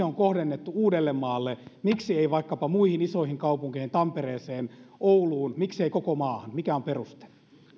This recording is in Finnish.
on kohdennettu uudellemaalle miksi ei vaikkapa muihin isoihin kaupunkeihin tampereeseen ouluun miksei koko maahan mikä on peruste